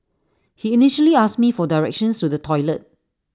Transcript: he initially asked me for directions to the toilet